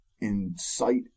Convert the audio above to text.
incite